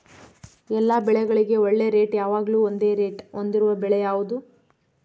ಎಲ್ಲ ಬೆಳೆಗಳಿಗೆ ಒಳ್ಳೆ ರೇಟ್ ಯಾವಾಗ್ಲೂ ಒಂದೇ ರೇಟ್ ಹೊಂದಿರುವ ಬೆಳೆ ಯಾವುದು?